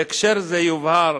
בהקשר זה יובהר